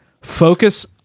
focus